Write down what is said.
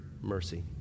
mercy